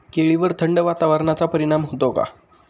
केळीवर थंड वातावरणाचा परिणाम होतो का?